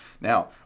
Now